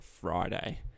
Friday